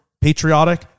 patriotic